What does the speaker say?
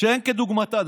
שאין כדוגמתה.